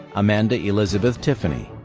amanda elizabeth tiffany.